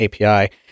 API